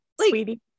sweetie